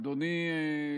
אדוני,